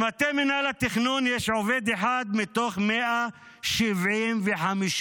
במטה מינהל התכנון יש עובד אחד מתוך 175 עובדים,